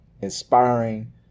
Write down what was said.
inspiring